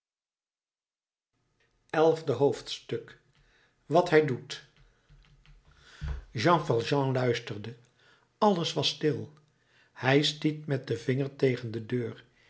elfde hoofdstuk wat hij doet jean valjean luisterde alles was stil hij stiet met den vinger tegen de deur